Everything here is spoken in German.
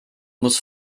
muss